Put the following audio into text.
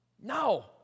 No